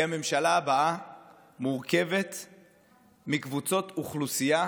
כי הממשלה הבאה מורכבת מקבוצות אוכלוסייה,